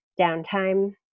downtime